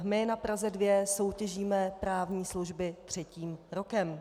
My na Praze 2 soutěžíme právní služby třetím rokem.